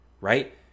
right